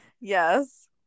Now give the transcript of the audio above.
Yes